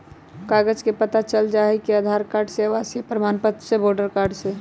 कागज से पता चल जाहई, आधार कार्ड से, आवासीय प्रमाण पत्र से, वोटर कार्ड से?